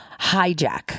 hijack